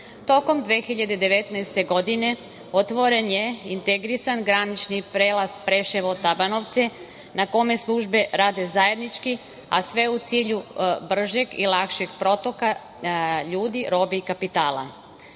Tokom 2019. godine otvoren je integrisan granični prelaz Preševo-Tabanovci, na kome službe rade zajednički, a sve u cilju bržeg i lakšeg protoka ljudi, robe i kapitala.